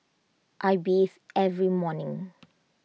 I bathe every morning